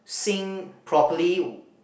sing properly